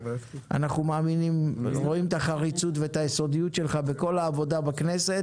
אנחנו רואים את החריצות והיסודיות שלך בכל עבודתך בכנסת,